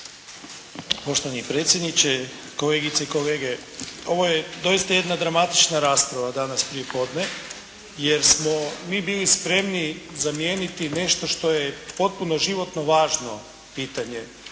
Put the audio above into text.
Poštovani predsjedniče, kolegice i kolege. Ovo je doista jedna dramatična rasprava danas prije podne jer smo mi bili spremni zamijeniti nešto što je potpuno životno važno pitanje